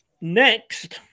next